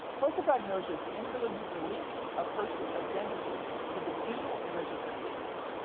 prosopagnosia is the inability to delink a person's identity to the visual image of their face.